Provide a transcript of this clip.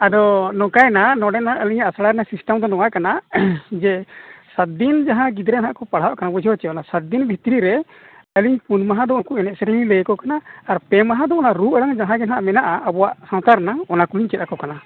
ᱟᱫᱚ ᱱᱚᱠᱟᱭᱮᱱᱟ ᱱᱚᱰᱮ ᱱᱟᱦᱟᱜ ᱟᱹᱞᱤᱧᱟᱜ ᱟᱥᱲᱟ ᱨᱮᱱᱟᱜ ᱥᱤᱥᱴᱮᱢ ᱱᱚᱣᱟ ᱠᱟᱱᱟ ᱡᱮ ᱥᱟᱛᱫᱤᱱ ᱡᱟᱦᱟᱸᱭ ᱜᱤᱫᱽᱨᱟᱹ ᱱᱟᱦᱟᱜᱠᱚ ᱯᱟᱲᱦᱟᱜ ᱠᱟᱱᱟ ᱵᱩᱡᱷᱟᱹᱣ ᱪᱮ ᱚᱱᱟ ᱥᱟᱛᱫᱤᱱ ᱵᱷᱤᱛᱨᱤᱨᱮ ᱟᱹᱞᱤᱧ ᱯᱩᱱ ᱢᱟᱦᱟᱫᱚ ᱩᱱᱠᱚ ᱮᱱᱮᱡ ᱥᱮᱨᱮᱧᱞᱤᱧ ᱞᱟᱹᱭᱟᱠᱚ ᱠᱟᱱᱟ ᱟᱨ ᱯᱮ ᱢᱟᱦᱟᱫᱚ ᱚᱱᱟ ᱨᱩ ᱟᱲᱟᱝ ᱡᱟᱦᱟᱸ ᱡᱟᱦᱟᱸ ᱢᱮᱱᱟᱜᱼᱟ ᱟᱵᱚᱣᱟᱜ ᱥᱟᱶᱛᱟ ᱨᱮᱱᱟᱜ ᱚᱱᱟᱠᱚᱞᱤᱧ ᱪᱮᱫᱟᱠᱚ ᱠᱟᱱᱟ